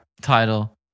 title